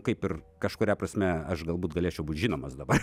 kaip ir kažkuria prasme aš galbūt galėčiau būti žinomas dabar